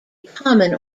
common